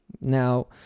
Now